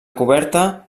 coberta